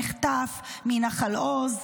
שנחטף מנחל עוז,